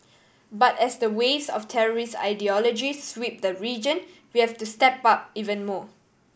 but as the waves of terrorist ideology sweep the region we have to step up even more